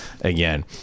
again